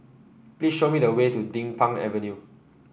please show me the way to Din Pang Avenue